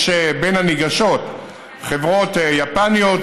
יש בין הניגשות חברות יפניות,